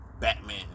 Batman